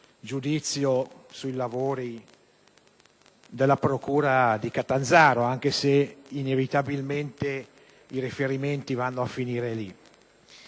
giudizio sui lavori della procura di Catanzaro, anche se inevitabilmente i riferimenti vanno a finire lì.